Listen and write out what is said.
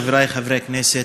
חברי חברי הכנסת,